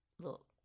look